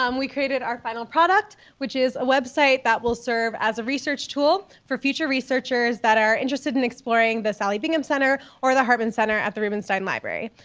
um we created our final product, which is a website that will serve as a research tool for future researchers that are interested in exploring the sallie bingham center or the harmon center at the rubenstein library.